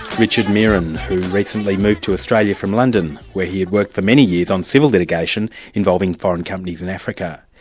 richard meeran, who recently moved to australia from london, where he had worked for many years on civil litigation involving foreign companies in africa.